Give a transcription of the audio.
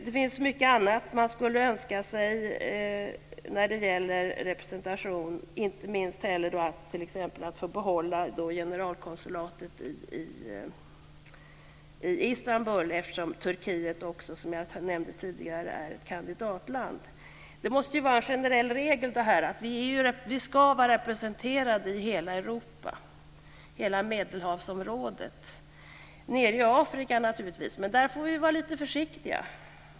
Det finns mycket annat man skulle önska sig när det gäller representation, inte minst att få behålla generalkonsulatet i Istanbul, eftersom Turkiet också är ett kandidatland, som jag nämnde tidigare. Det måste vara en generell regel att vi ska vara representerade i hela Europa och i hela Medelhavsområdet. Det gäller naturligtvis också i Afrika, men där får vi vara lite försiktiga.